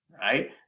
right